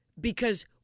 because-